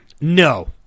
No